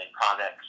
products